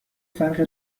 فرق